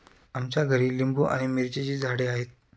आमच्या घरी लिंबू आणि मिरचीची झाडे आहेत